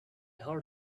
heard